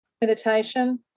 meditation